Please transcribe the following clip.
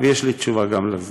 בסדר.